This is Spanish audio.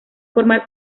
formar